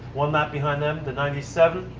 one lap behind them, the ninety seven.